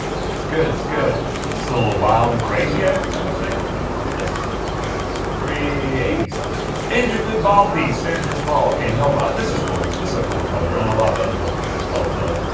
if it's good it's good this is a little ah wild and crazy, i i must say look at this very. eighty s angel vivaldi signature pro, ok nova. this is cool this is a cool color, and i love angel as well, so. ah.